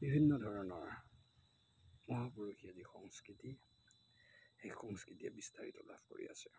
বিভিন্ন ধৰণৰ মহাপুৰুষীয়া যি সংস্কৃতি সেই সংস্কৃতিয়ে বিস্তাৰিত লাভ কৰি আছে